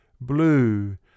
blue